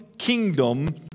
kingdom